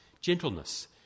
gentleness